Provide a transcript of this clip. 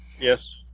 Yes